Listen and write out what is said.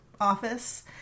office